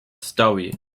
story